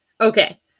okay